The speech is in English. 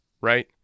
right